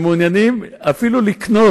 אחרי זה ולכן לא